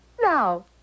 Now